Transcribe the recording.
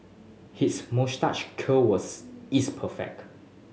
his moustache curl was is perfect